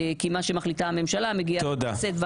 כי מה שמחליטה הממשלה מגיע לכנסת,